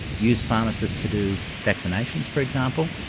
use pharmacists to do vaccinations, for example.